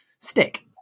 stick